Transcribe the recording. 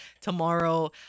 tomorrow